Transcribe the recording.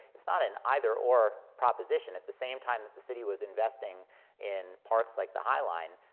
it's not an either-or proposition. at the same time that the city was investing in parks like the high line,